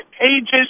pages